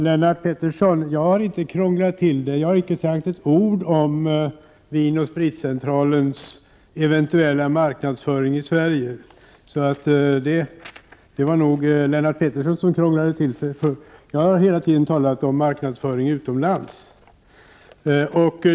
Herr talman! Jag har inte krånglat till det, Lennart Pettersson. Jag har inte sagt ett ord om AB Vin & Spritcentralens eventuella marknadsföring i Sverige. Det var nog Lennart Pettersson som krånglade till det för sig. Jag har hela tiden talat om marknadsföring utomlands.